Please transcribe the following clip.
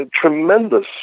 Tremendous